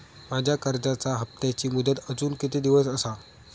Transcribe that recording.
माझ्या कर्जाचा हप्ताची मुदत अजून किती दिवस असा?